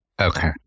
okay